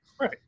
Right